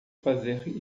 fazer